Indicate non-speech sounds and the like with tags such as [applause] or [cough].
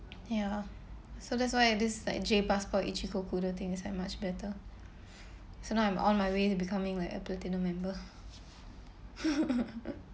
ya so that's why this like J passport Ichikokudo thing is like much better so now I'm on my way to becoming like a platinum member [laughs]